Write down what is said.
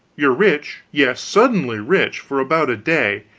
you're rich yes suddenly rich for about a day,